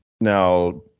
now